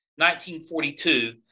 1942